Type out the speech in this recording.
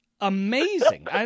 amazing